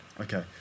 Okay